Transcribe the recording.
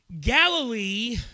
Galilee